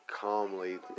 calmly